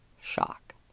shock